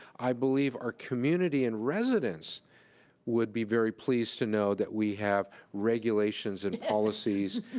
i believe our community and residents would be very pleased to know that we have regulations and policies